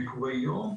ביקורי יום.